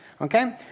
okay